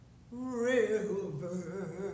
river